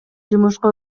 жумушка